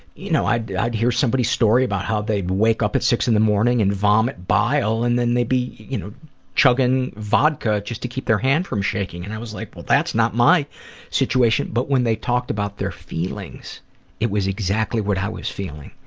you know, i'd i'd hear somebody's story about how they'd wake up at six in the morning and vomit bile and then they'd be you know chugging vodka just to keep their hand from shaking. and i was like, well, that's not my situation, but when they talked about their feelings it was exactly what i was feeling.